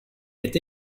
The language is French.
est